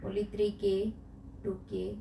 only three K two K